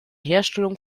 herstellung